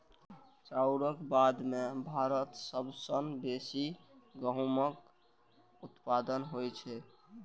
चाउरक बाद भारत मे सबसं बेसी गहूमक उत्पादन होइ छै